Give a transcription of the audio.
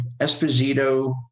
Esposito